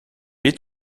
est